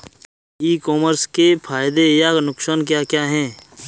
E commerce के फायदे या नुकसान क्या क्या हैं?